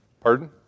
Pardon